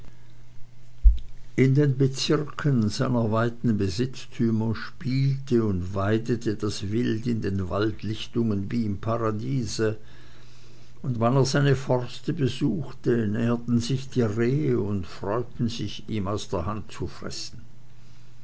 in den bezirken seiner weiten besitztümer spielte und weidete das wild in den waldlichtungen wie im paradiese und wann er seine forste besuchte näherten sich die rehe und freuten sich ihm aus der hand zu fressen